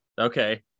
Okay